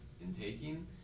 intaking